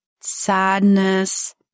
sadness